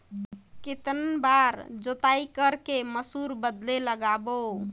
कितन बार जोताई कर के मसूर बदले लगाबो?